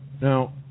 Now